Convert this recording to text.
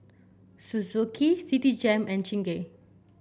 Suzuki Citigem and Chingay